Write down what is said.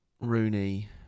Rooney